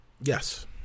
Yes